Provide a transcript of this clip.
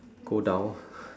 go down